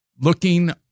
looking